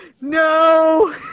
No